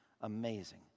amazing